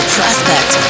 Prospect